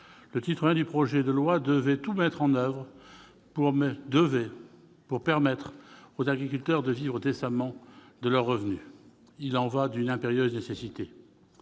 Le titre I du projet de loi devait tout mettre en oeuvre pour permettre aux agriculteurs de vivre décemment de leurs revenus : il s'agit d'une impérieuse nécessité.